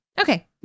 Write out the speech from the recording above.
Okay